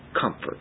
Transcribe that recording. comfort